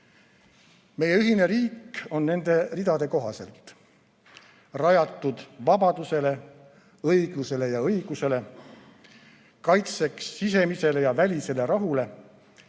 Meie ühine riik on nende ridade kohaselt rajatud vabadusele, õiglusele ja õigusele, kaitseks sisemisele ja välisele rahule